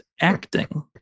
acting